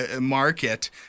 market